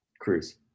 Cruz